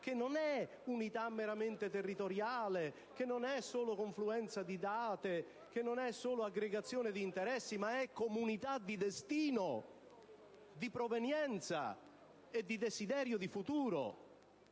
non è unità meramente territoriale, non è solo confluenza di date, non è solo aggregazione di interessi, ma è comunità di destino, di provenienza e di desiderio di futuro,